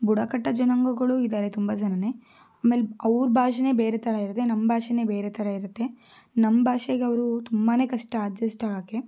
ಬುಡಕಟ್ಟು ಜನಾಂಗಗಳು ಇದ್ದಾರೆ ತುಂಬ ಜನಾನೇ ಆಮೇಲೆ ಅವರ ಭಾಷೆನೆ ಬೇರೆ ಥರ ಇರತ್ತೆ ನಮ್ಮ ಭಾಷೆನೆ ಬೇರೆ ಥರ ಇರತ್ತೆ ನಮ್ಮ ಭಾಷೆಗವರು ತುಂಬ ಕಷ್ಟ ಅಡ್ಜಸ್ಟ್ ಆಗೋಕ್ಕೆ